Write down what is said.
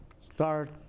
start